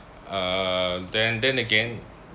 err then then again